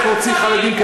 הדרך להוציא את החרדים,